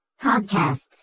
Podcasts